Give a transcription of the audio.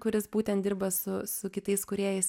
kuris būtent dirba su su kitais kūrėjais